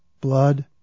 blood